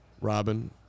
Robin